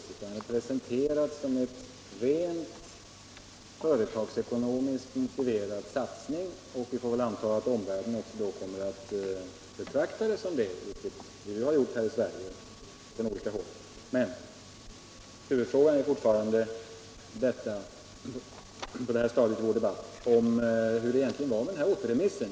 Det har presenterats som en rent företagsekonomiskt motiverad satsning, och vi får väl anta att omvärlden då också kommer att betrakta det så, vilket vi har gjort här i Sverige från olika håll. Men på det här stadiet i vår debatt är fortfarande huvudfrågan hur det egentligen var med den här återremissen.